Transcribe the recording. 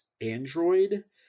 android